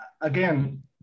again